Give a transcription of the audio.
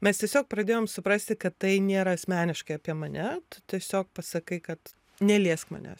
mes tiesiog pradėjom suprasti kad tai nėra asmeniškai apie mane tiesiog pasakai kad neliesk manęs